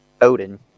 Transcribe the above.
Odin